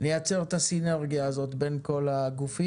לייצר את הסינרגיה הזאת בין כל הגופים.